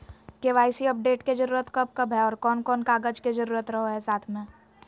KYC update के जरूरत कब कब है और कौन कौन कागज के जरूरत रहो है साथ में?